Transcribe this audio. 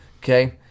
Okay